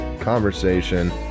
conversation